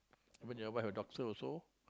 even your a wife a doctor also